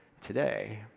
today